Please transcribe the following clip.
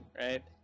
right